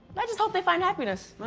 i just hope they find happiness.